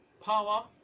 power